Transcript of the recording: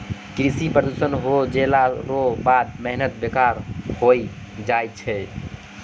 कृषि प्रदूषण हो जैला रो बाद मेहनत बेकार होय जाय छै